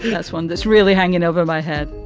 that's one that's really hanging over my head.